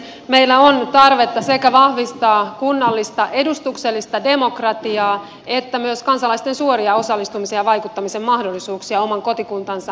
meillä on tarvetta vahvistaa sekä kunnallista edustuksellista demokratiaa että myös kansalaisten suoria osallistumisen ja vaikuttamisen mahdollisuuksia oman kotikuntansa asioihin